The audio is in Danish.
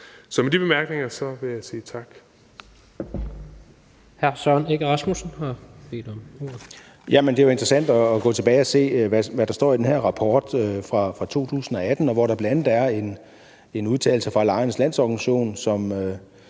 Så med de bemærkninger vil jeg sige tak.